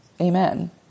Amen